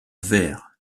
vers